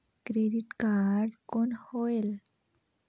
Credit card कौन होएल?